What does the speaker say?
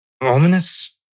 ominous